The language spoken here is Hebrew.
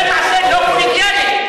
זה מעשה לא קולגיאלי.